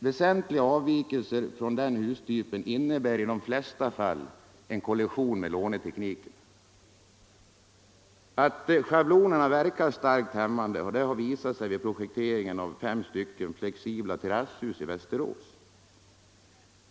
Väsentliga avvikelser från denna hustyp innebär i de flesta fall kollision med lånetekniken. Att schablonerna verkar starkt hämmande har visat sig vid projektering av fem flexibla terrasshus i Västerås.